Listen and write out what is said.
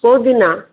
କେଉଁ ଦିନ